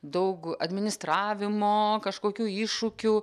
daug administravimo kažkokių iššūkių